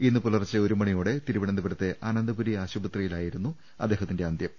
ഇന്ന് പുലർച്ചെ ഒരു മണിയോടെ തിരുവനന്തപുരത്തെ അനന്തപുരി ആശുപത്രി യിലായിരുന്നു അദ്ദേഹത്തിന്റെ അന്ത്യം